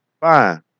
Fine